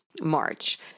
March